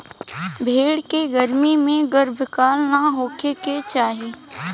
भेड़ के गर्मी में गर्भकाल ना होखे के चाही